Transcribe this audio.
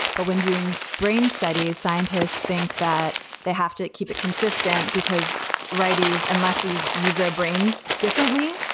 but when doing brain studies, scientists think that they have to keep it consistent because righties and lefties use their brains differently.